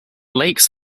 lakes